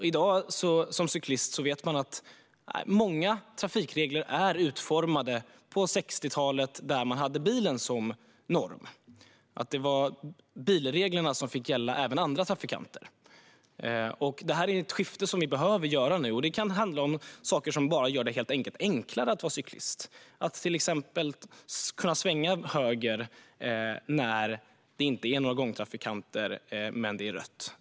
I dag vet man som cyklist att många trafikregler är utformade på 60talet då man hade bilen som norm. Det var bilreglerna som fick gälla även för andra trafikanter. Det är ett skifte som vi nu behöver göra. Det kan handla om saker som gör det enklare att vara cyklist. Det kan till exempel vara att kunna svänga höger när det inte finns några gångtrafikanter men det är rött ljus.